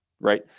right